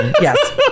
Yes